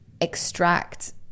extract